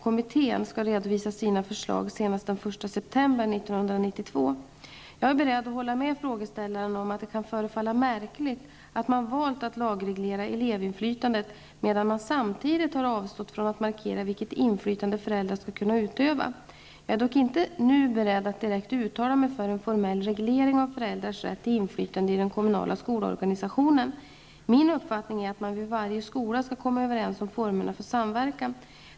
Kommittén skall redovisa sina förslag senast den 1 september 1992. Jag är beredd att hålla med frågeställaren om att det kan förefalla märkligt att man valt att lagreglera elevinflytandet medan man samtidigt har avstått från att markera vilket inflytande föräldrar skall kunna utöva. Jag är dock inte nu beredd att direkt uttala mig för en formell reglering av föräldrars rätt till inflytande i den kommunala skolorganisationen. Min uppfattning är att man vid varje skola skall komma överens om formerna för samverkan.